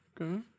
Okay